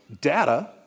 data